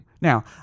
Now